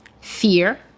fear